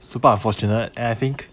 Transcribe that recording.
super unfortunate and I think